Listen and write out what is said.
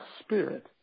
spirit